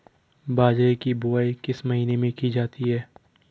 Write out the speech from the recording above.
बाजरे की बुवाई किस महीने में की जाती है?